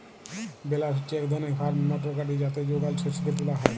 বেলার হচ্ছে এক ধরণের ফার্ম মোটর গাড়ি যাতে যোগান শস্যকে তুলা হয়